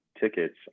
tickets